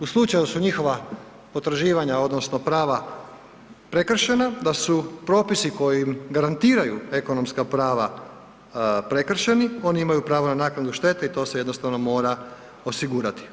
U slučaju da su njihova potraživanja odnosno prava prekršena, da su propisi koji im garantiraju ekonomska prava prekršeni, oni imaju pravo na naknadu štete i to se jednostavno mora osigurati.